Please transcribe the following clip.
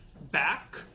back